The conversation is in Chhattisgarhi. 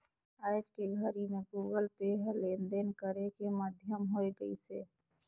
आयज के घरी मे गुगल पे ह लेन देन करे के माधियम होय गइसे